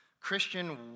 christian